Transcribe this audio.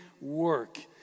work